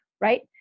right